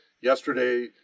yesterday